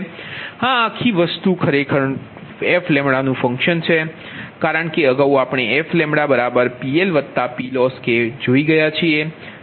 આ આખી વસ્તુ ખરેખરનું ફંક્શન fλ છે કારણ કે અગાઉ આપણે fλ બરાબર PLPLossપણ જોઈ ગયા છીએ